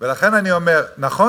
ולכן אני אומר: נכון,